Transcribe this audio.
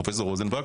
פרופ' רוזנווקס,